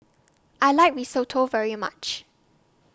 I like Risotto very much